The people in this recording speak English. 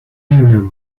run